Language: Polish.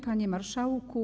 Panie Marszałku!